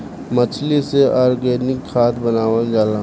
मछली से ऑर्गनिक खाद्य बनावल जाला